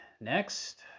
Next